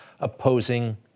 opposing